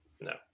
No